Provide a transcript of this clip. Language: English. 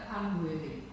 unworthy